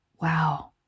Wow